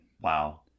Wow